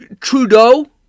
Trudeau